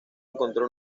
encontró